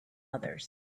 others